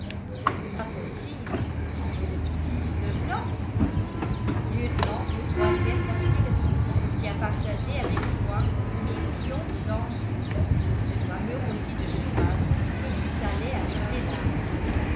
pas possible tu es le petit leblanc lieutenant au ème d'artillerie qui a partagé avec toi mille millions de dangers et ce fameux rôti de cheval que tu salais avec tes larmes